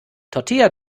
tortilla